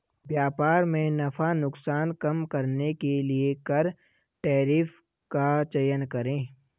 व्यापार में नफा नुकसान कम करने के लिए कर टैरिफ का चयन करे